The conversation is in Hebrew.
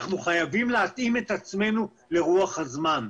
אנחנו חייבים להתאים את עצמנו לרוח הזמן.